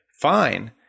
Fine